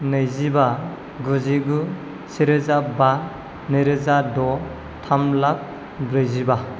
नैजिबा गुजिगु से रोजाबा नै रोजा द' थाम लाख ब्रैजिबा